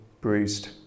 bruised